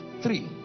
three